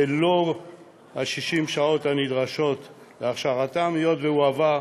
ללא 60 השעות הנדרשות להכשרתו, היות שהוא עבר,